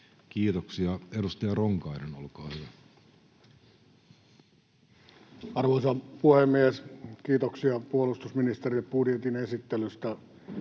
Kiitoksia. — Edustaja Ronkainen, olkaa hyvä. Arvoisa puhemies! Kiitoksia puolustusministeriön budjetin esittelystä.